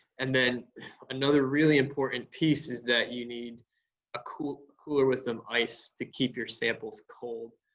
and then another really important piece is that you need a cooler cooler with some ice to keep your samples cold.